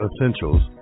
Essentials